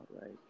right